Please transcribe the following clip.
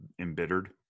embittered